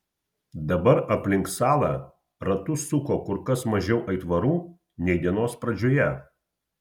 dabar aplink salą ratus suko kur kas mažiau aitvarų nei dienos pradžioje